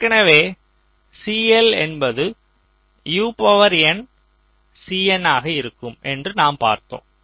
ஏற்கனவே CL என்பது UNCin ஆக இருக்கும் என்று நாம் பார்த்தோம்